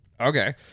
Okay